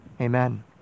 amen